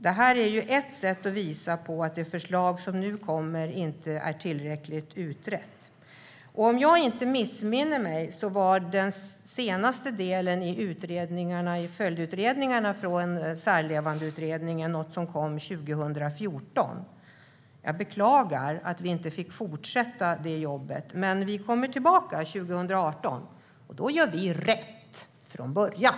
Det är ett sätt att visa på att det förslag som nu kommer inte är tillräckligt utrett. Om jag inte missminner mig kom senaste delen i följdutredningarna från Särlevandeutredningen 2014. Jag beklagar att vi inte fick fortsätta det jobbet. Men vi kommer tillbaka 2018 - och då gör vi rätt från början!